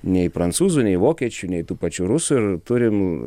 nei prancūzų nei vokiečių nei tų pačių rusų ir turim